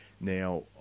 Now